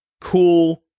cool